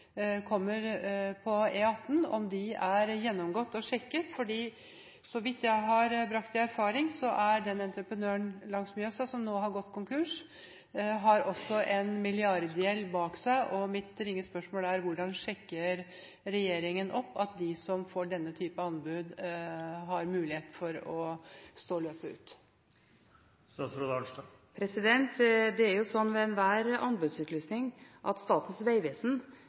kommer på E18, gjennomgått og sjekket? Så vidt jeg har brakt i erfaring, har denne entreprenøren på utbyggingen langs Mjøsa, som nå har gått konkurs, også en milliardgjeld bak seg. Mitt ringe spørsmål er: Hvordan sjekker regjeringen opp at de som får denne type anbud, har mulighet for å stå løpet ut? Det er jo slik ved enhver anbudsutlysning at Statens vegvesen